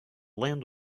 land